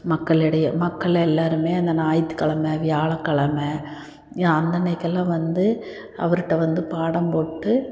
மக்களிடைய மக்கள் எல்லாருமே அந்த ஞாயித்துக்கெலம வியாழக்கிலம அந்தன்னைக்கெல்லாம் வந்து அவர்கிட்ட வந்து பாடம் போட்டு